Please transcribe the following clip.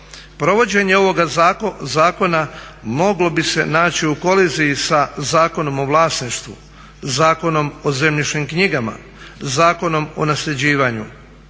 Provođenje ovoga zakona moglo bi se naći u koliziji sa Zakonom o vlasništvu, Zakonom o zemljišnim knjigama, Zakonom o nasljeđivanju.